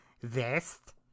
vest